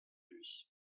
lui